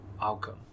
outcome